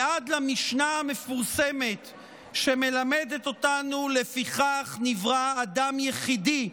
ועד למשנה המפורסמת שמלמדת אותנו: "לפיכך נברא אדם יחידי"